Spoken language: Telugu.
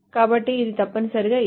కాబట్టి ఇది తప్పనిసరిగా ఇదే